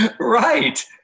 Right